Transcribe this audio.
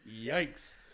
Yikes